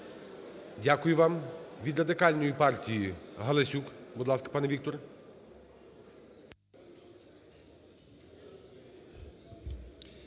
Дякую вам. Від Радикальної партії Галасюк. Будь ласка, пане Вікторе.